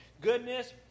goodness